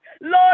Lord